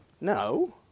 No